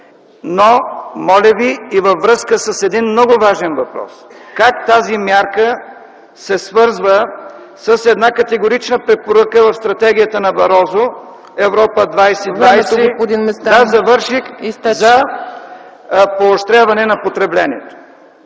Моля Ви – и във връзка с един много важен въпрос – как тази мярка се свързва с една категорична препоръка в стратегията на Барозу „Европа 2020” за поощряване на потреблението?